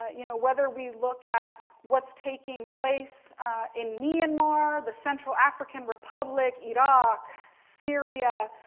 you know, whether we look at what's taking place in myanmar, the central african republic, iraq, syria,